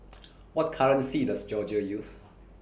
What currency Does Georgia use